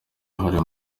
uruhare